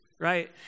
right